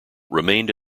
remained